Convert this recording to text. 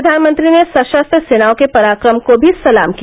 प्रधानमंत्री ने सशस्त्र सेनाओं के पराक्रम को भी सलाम किया